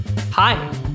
Hi